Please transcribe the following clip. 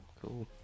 Cool